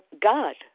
God